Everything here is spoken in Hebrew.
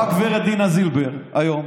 באה גב' דינה זילבר היום,